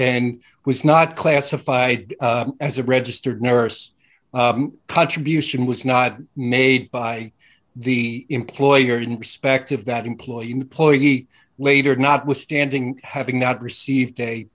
and who is not classified as a registered nurse contribution was not made by the employer in perspective that employee employer he later notwithstanding having not receive